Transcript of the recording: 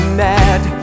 mad